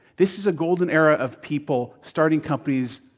this is a golden era of people starting companies,